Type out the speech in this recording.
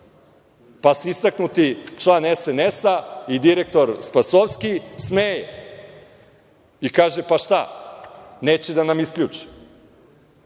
pa se istaknuti član SNS-a i direktor Spasovski smeje i kaže- pa, šta, neće da nam isključe.